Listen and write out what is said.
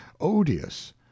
odious